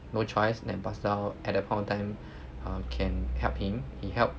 no choice then pastor hao at that point of time um can help him he help